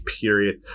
period